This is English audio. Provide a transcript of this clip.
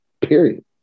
period